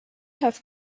have